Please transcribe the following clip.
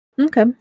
Okay